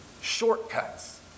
shortcuts